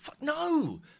no